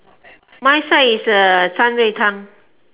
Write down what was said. my side is uh 三味汤